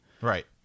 right